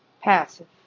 passive